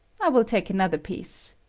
i will take another piece,